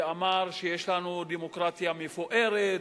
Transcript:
ואמר שיש לנו דמוקרטיה מפוארת,